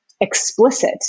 explicit